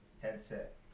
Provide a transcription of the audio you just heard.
headset